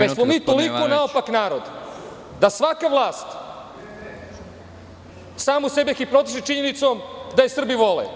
Zar smo mi toliko naopak narod da svaka vlast samu sebe hipnotiše činjenicom da je Srbi vole.